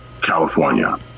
California